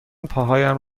پاهایم